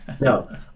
No